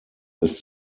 ist